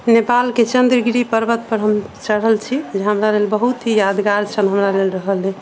नेपाल के चंद्रगिरी पर्वत पर हम चढ़ल छी ई हमरा लेल बहुत ही यादगार क्षण हमरा लेल रहल अछि